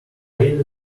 really